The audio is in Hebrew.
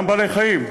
גם בעלי-חיים,